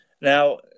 Now